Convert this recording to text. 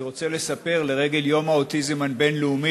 אני רוצה לספר, לרגל יום האוטיזם הבין-לאומי,